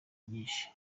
nyinshi